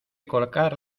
colocar